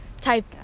type